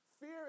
Fear